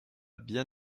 bien